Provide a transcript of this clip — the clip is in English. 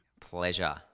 Pleasure